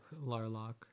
Larlock